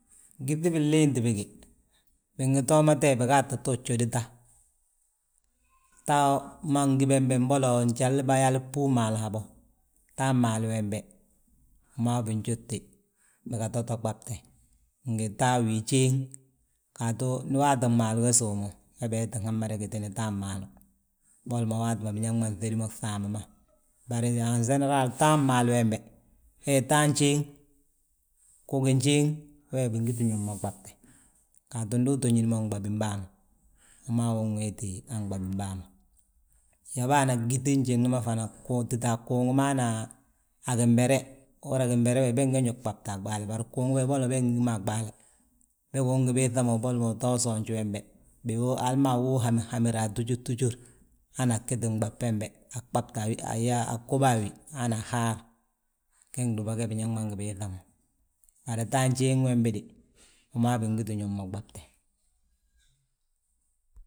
Gyíŧi binléeti bége bingi too mo toye, biga ata to jódi ta, ta ma ngi bembe mbolo njali bayali bhúu maalu habo. Ta maalu wembe, wi maa binjódte biga to ɓab, ngi ta wii jéŋ. Gaatu ndi waatin gmaalu ge sów mo, we bee tin mada gitini tan maalu, boli mo waati ma biñaŋ ma nŧédi mo gfaambi ma. Bari anseneral, tan maalu wembe, he tan jéŋ, gugin jéŋ wee bingiti ñób mo ɓabte. Gaatu ndu uto ñín mo nɓabin bàa ma, wi maa wi unwéeti a nɓabim bàa ma, he baana gyíŧi njiŋne beg fana títa a gungu ma hana gimbere. Uhúri yaa gimberi bege, bege nge ruŋ ɓabte a ɓaale, bari gungu be, boli beg ngi gí mo a ɓaale. Bege ungi biiŧa mo boli mo ta usoonj wembe, bii wu, hali ma wo hamirhamir, atujurtujur, hana agíti nɓab bembe. Aɓabte, ayaa, agóba a wi hana haar ge gdúba ge biñaŋ ngi biiŧa mo, hadi tan jéŋ wembe de wi maa bingiti ñób mo ɓabte